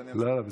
לא, בסדר.